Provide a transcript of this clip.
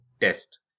test